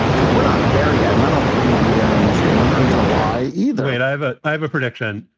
and we're not there yet. and i don't think we're gonna be there in june or july either and i have a i have a prediction.